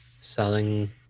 selling